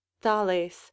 thales